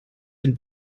den